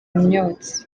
myotsi